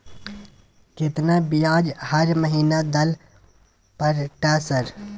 केतना ब्याज हर महीना दल पर ट सर?